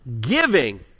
giving